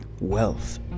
wealth